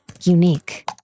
Unique